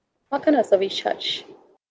what kind of service charge